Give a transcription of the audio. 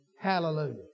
Hallelujah